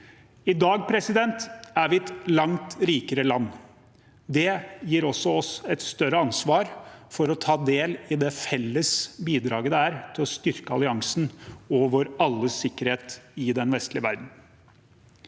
I dag er vi et langt rikere land. Det gir oss også et større ansvar for å ta del i det felles bidraget det er å styrke alliansen og vår alles sikkerhet i den vestlige verden.